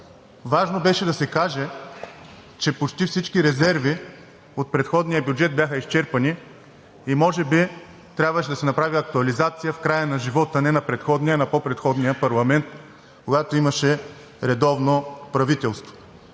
Важно беше да се каже, че почти всички резерви от предходния бюджет бяха изчерпани и може би трябваше да се направи актуализация в края на живота – не на предходния, а на по-предходния парламента, когато имаше редовно правителство.